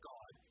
God